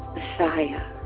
Messiah